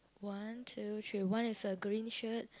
one two three one is a green shirt